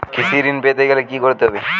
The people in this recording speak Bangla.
কৃষি ঋণ পেতে গেলে কি করতে হবে?